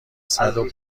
صدو